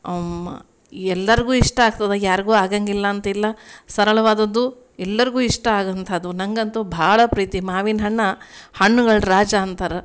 ಅಮ್ಮ ಎಲ್ಲರಿಗೂ ಇಷ್ಟ ಆಗ್ತದೆ ಯಾರಿಗೂ ಆಗಂಗಿಲ್ಲ ಅಂತಿಲ್ಲ ಸರಳವಾದದ್ದು ಎಲ್ಲರಿಗೂ ಇಷ್ಟಾಗೊಂಥದ್ದು ನಂಗಂತೂ ಭಾಳ ಪ್ರೀತಿ ಮಾವಿನ ಹಣ್ಣು ಹಣ್ಣುಗಳ ರಾಜ ಅಂತಾರೆ